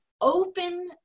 open